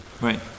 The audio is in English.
Right